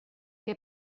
què